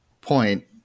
point